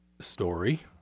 story